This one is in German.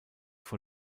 vor